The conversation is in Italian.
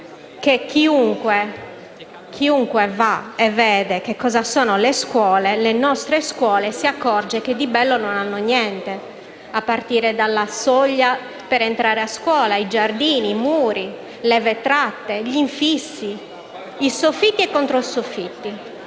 ma chiunque va a vedere che cosa sono le scuole, le nostre scuole, si accorge che di bello non hanno niente, a partire dalla soglia per entrare al loro interno, così come i giardini, i muri, le vetrate, gli infissi, i soffitti e i controsoffitti.